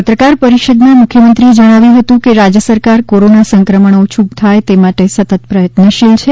પત્રકાર પરિષદમાં મુખ્યમંત્રીએ જણાવ્યું હતું કે રાજ્ય સરકાર કોરોના સંક્રમણ ઓછું થાય તે માટે પ્રયત્નશીલ છે